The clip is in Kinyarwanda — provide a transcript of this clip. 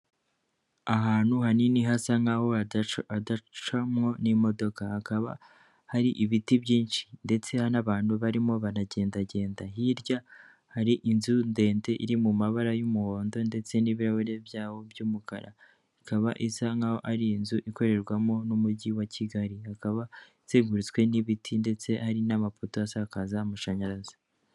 Ahantu hanini hasa nkaho hadacamo imodoka, hakaba hari ibiti byinshi ndetse n'abantu barimo baragendagenda, hirya hari inzu ndende iri mu mabara y'umuhondo ndetse n'ibirahure byaho by'umukara, ikaba isa nk'aho ari inzu ikorerwamo n'umujyi wa Kigali, ikaba izengurutswe n'ibiti ndetse ari n'amapoto asakaza amashanyarazi.